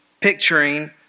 picturing